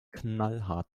knallhart